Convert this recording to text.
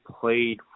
played